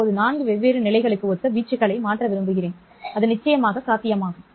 இப்போது 4 வெவ்வேறு நிலைகளுக்கு ஒத்த வீச்சுகளை மாற்ற விரும்புகிறேன் அது நிச்சயமாக சாத்தியமாகும்